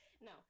No